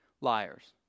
liars